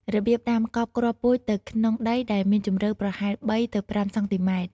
របៀបដាំ កប់គ្រាប់ពូជទៅក្នុងដីដែលមានជម្រៅប្រហែល ៣ ទៅ ៥ សង់ទីម៉ែត្រ។